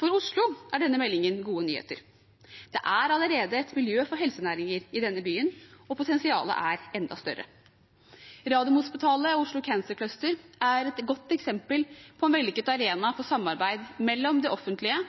For Oslo er denne meldingen gode nyheter. Det er allerede et miljø for helsenæringer i denne byen, og potensialet er enda større. Radiumhospitalet og Oslo Cancer Cluster er et godt eksempel på en vellykket arena for samarbeid mellom det offentlige,